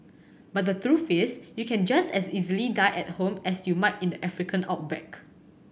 but the truth is you can just as easily die at home as you might in the African outback